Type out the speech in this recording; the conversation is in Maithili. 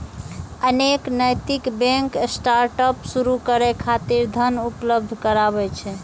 अनेक नैतिक बैंक स्टार्टअप शुरू करै खातिर धन उपलब्ध कराबै छै